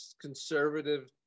conservative